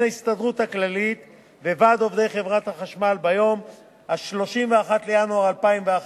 ההסתדרות הכללית וועד עובדי חברת החשמל ביום 31 בינואר 2011,